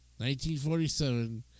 1947